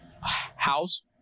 house